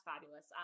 fabulous